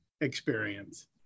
experience